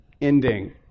ending